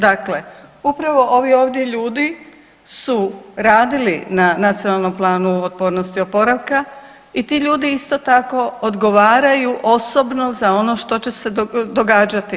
Dakle, upravo ovi ovdje ljudi su radili na Nacionalnom planu otpornosti i oporavka i ti ljudi isto tako odgovaraju osobno za ono što će se događati.